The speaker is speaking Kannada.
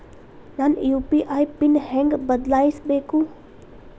ನನ್ನ ಯು.ಪಿ.ಐ ಪಿನ್ ಹೆಂಗ್ ಬದ್ಲಾಯಿಸ್ಬೇಕು?